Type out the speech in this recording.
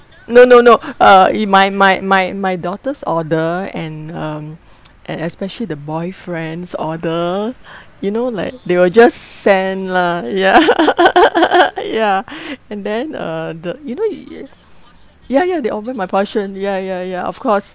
no no no uh it my my my my daughter's order and um and especially the boyfriend's order you know like they will just send lah ya ya and then uh the you know y~ ya ya they order my portion ya ya ya of course